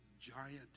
giant